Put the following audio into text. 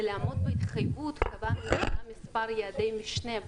כדי לעמוד בהתחייבות קבענו מספר יעדי משנה,